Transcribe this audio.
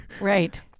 right